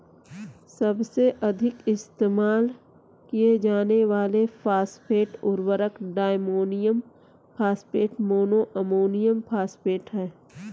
सबसे अधिक इस्तेमाल किए जाने वाले फॉस्फेट उर्वरक diammonium phosphate, mono ammonium phosphate हैं